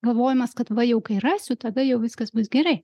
galvojimas kad va jau kai rasiu tada jau viskas bus gerai